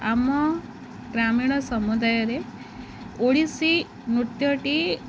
ଆମ ଗ୍ରାମୀଣ ସମୁଦାୟରେ ଓଡ଼ିଶୀ ନୃତ୍ୟଟି